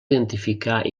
identificar